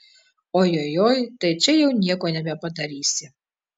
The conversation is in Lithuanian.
ojojoi tai čia jau nieko nebepadarysi